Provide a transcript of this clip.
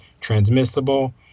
transmissible